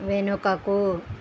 వెనుకకు